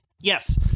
Yes